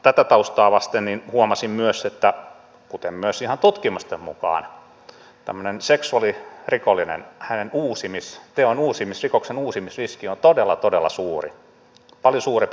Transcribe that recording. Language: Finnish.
tätä taustaa vasten huomasin myös kuten myös ihan tutkimusten mukaan että tämmöisen seksuaalirikollisen teon uusimisriski on todella todella suuri paljon suurempi kuin monen muun